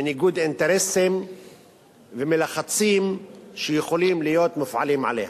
מניגוד אינטרסים ומלחצים שיכולים להיות מופעלים עליה,